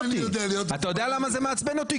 אתה יודע למה זה מעצבן אותי?